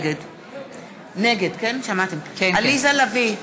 נגד עליזה לביא,